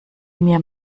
mir